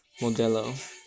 Modelo